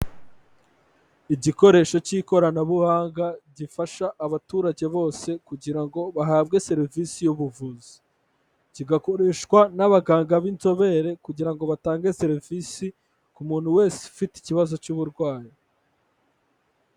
Igikoresho cy'ikoranabuhanga gifasha abaturage bose kugira ngo bahabwe serivisi y'ubuvuzi, kigakoreshwa n'abaganga b'inzobere kugira ngo batange serivisi ku muntu wese ufite ikibazo cy'uburwayi.